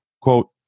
quote